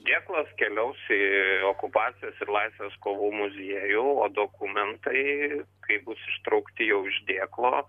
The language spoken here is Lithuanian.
dėklas keliaus į okupacijos ir laisvės kovų muziejų o dokumentai kai bus ištraukti jau iš dėklo